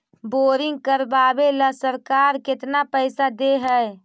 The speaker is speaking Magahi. बोरिंग करबाबे ल सरकार केतना पैसा दे है?